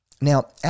Now